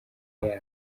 yabo